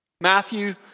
Matthew